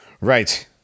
right